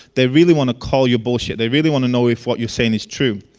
they really want to call your bullshit. they really want to know if what you saying is true.